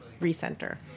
recenter